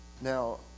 Now